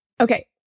Okay